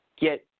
get